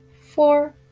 four